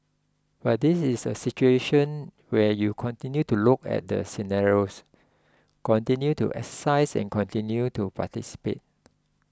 but this is a situation where you continue to look at the scenarios continue to exercise and continue to anticipate